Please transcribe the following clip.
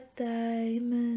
diamond